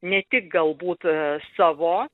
ne tik galbūt savo